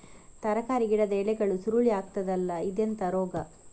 ತರಕಾರಿ ಗಿಡದ ಎಲೆಗಳು ಸುರುಳಿ ಆಗ್ತದಲ್ಲ, ಇದೆಂತ ರೋಗ?